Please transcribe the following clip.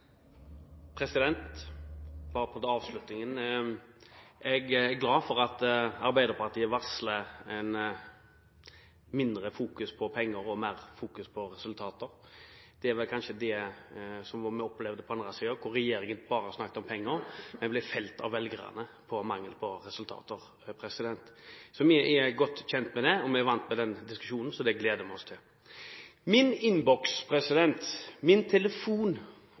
glad for at Arbeiderpartiet varsler mindre fokus på penger og mer fokus på resultater. Det var kanskje det man opplevde på den andre siden, da regjeringen bare snakket om penger, men ble felt av velgerne på grunn av mangel på resultater. Vi er godt kjent med det, og vi er vant til den diskusjonen, så det gleder vi oss til. Min innboks, min telefon